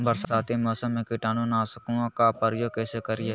बरसाती मौसम में कीटाणु नाशक ओं का प्रयोग कैसे करिये?